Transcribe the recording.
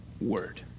word